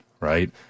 right